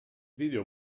video